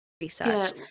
research